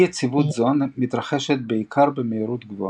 אי יציבות זו מתרחשת בעיקר במהירות גבוהה.